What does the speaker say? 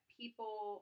people